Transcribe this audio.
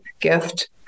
gift